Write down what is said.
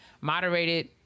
moderated